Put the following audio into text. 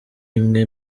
imwe